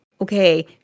okay